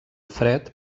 fred